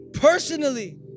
Personally